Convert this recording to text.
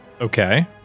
Okay